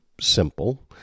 simple